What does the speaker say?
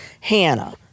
Hannah